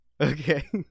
Okay